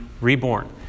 reborn